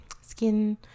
skin